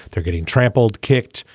they're getting trampled, kicked,